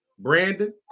Brandon